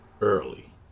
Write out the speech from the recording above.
early